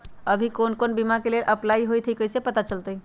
अभी कौन कौन बीमा के लेल अपलाइ होईत हई ई कईसे पता चलतई?